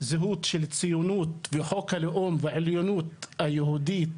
זהות של ציונות וחוק הלאום והעליונות היהודית,